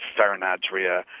ferran adria,